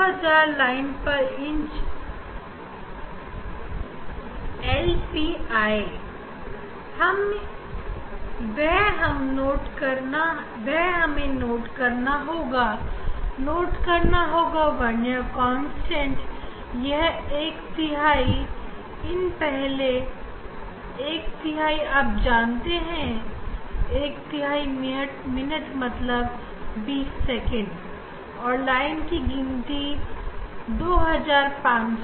हमें vernier constant note करना होगा यहां एक तिहाई मिनट मतलब 20 सेकंड और लाइन की गिनती पर 2500 पर इंच है